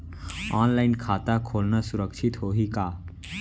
Online खाता खोलना सुरक्षित होही का?